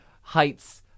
heights